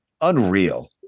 unreal